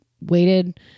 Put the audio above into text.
waited